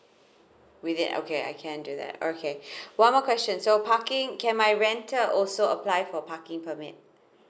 within okay I can do that okay one more question so parking can my renter also apply for parking permit